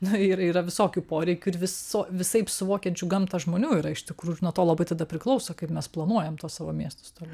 na ir yra visokių poreikių ir viso visaip suvokiančių gamtą žmonių yra iš tikrų ir nuo to labai tada priklauso kaip mes planuojam tuos savo miestus toliau